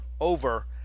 over